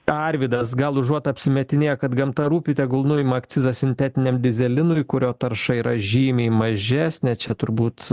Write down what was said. arvydas gal užuot apsimetinėję kad gamta rūpi tegul nuima akcizą sintetiniam dyzelinui kurio tarša yra žymiai mažesnė čia turbūt